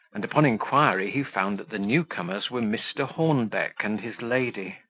and upon inquiry he found that the new-comers were mr. hornbeck and his lady.